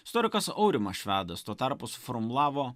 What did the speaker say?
istorikas aurimas švedas tuo tarpu suformulavo